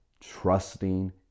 Trusting